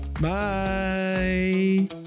bye